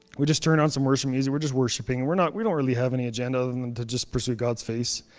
we just turned on some worship music. we're just worshipping. we're not, we don't really have any agenda other than to just pursue god's face.